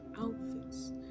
outfits